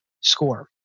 score